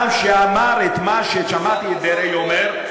היה אדם שאמר את מה ששמעתי את דרעי אומר,